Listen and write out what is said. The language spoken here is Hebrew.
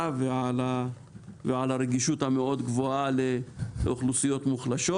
ועל הרגישות הגבוהה מאוד לאוכלוסיות מוחלשות.